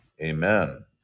Amen